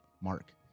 Mark